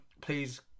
Please